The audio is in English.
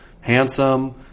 handsome